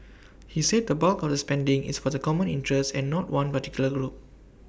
he said the bulk of the spending is for the common interest and not one particular group